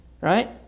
right